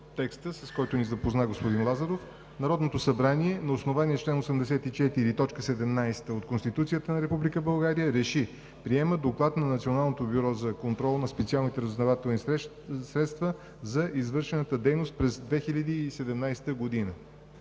текста, с който ни запозна господин Лазаров: „Народното събрание на основание чл. 84, т. 17 от Конституцията на Република България РЕШИ: Приема Доклад на Националното бюро за контрол на специалните разузнавателни средства за извършената дейност през 2017 г.“